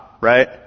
right